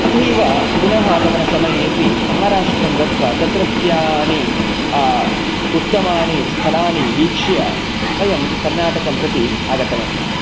तथैव पुनः आगमनसमयेपि महाराष्ट्रं गत्वा तत्रत्यानि उत्तमानि स्थलानि वीक्ष्य वयं कर्णाटकं प्रति आगतवन्तः